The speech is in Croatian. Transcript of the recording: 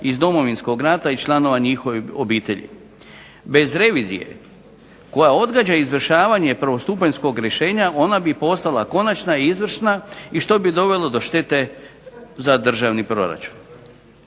iz Domovinskog rata i članova njihovih obitelji. Bez revizije koja odgađa izvršavanje prvostupanjskog rješenja ona bi postala konačna i izvršna i što bi dovelo do štete za državni proračun.